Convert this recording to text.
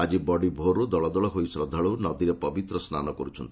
ଆଜି ବଡି ଭୋରରୁ ଦଳ ଦଳ ହୋଇ ଶ୍ରଦ୍ଧାଳୁ ନଦୀରେ ପବିତ୍ର ସ୍ନାନ କରୁଛନ୍ତି